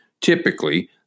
typically